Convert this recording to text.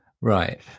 Right